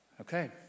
Okay